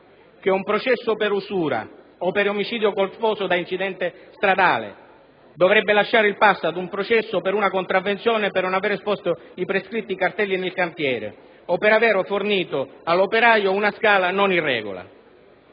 che un processo per usura o per omicidio colposo da incidente stradale dovrebbe lasciare il passo ad un processo per una contravvenzione per non aver esposto i prescritti cartelli nel cantiere o per aver fornito all'operaio una scala non in regola.